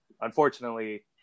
unfortunately